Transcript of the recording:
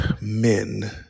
men